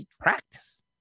practice